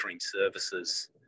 services